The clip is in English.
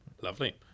Lovely